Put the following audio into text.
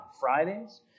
Fridays